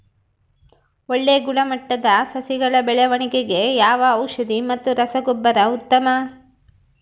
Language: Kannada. ಒಳ್ಳೆ ಗುಣಮಟ್ಟದ ಸಸಿಗಳ ಬೆಳವಣೆಗೆಗೆ ಯಾವ ಔಷಧಿ ಮತ್ತು ರಸಗೊಬ್ಬರ ಉತ್ತಮ?